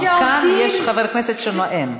כאן יש חבר כנסת שנואם.